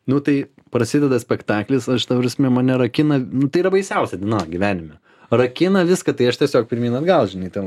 nu tai prasideda spektaklis aš ta prasme mane rakina nu tai yra baisiausia diena gyvenime rakina viską tai aš tiesiog pirmyn atgal žinai ten